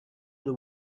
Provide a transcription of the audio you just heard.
the